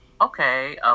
okay